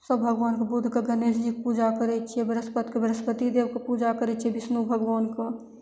सब भगवानके बुधके गणेश जीके पूजा करय छियै ब्रहस्पतिके ब्रहस्पति देवके पूजा करय छियै विष्णु भगवानके